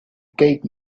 cake